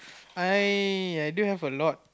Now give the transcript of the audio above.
I I do have a lot